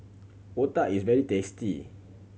Otah is very tasty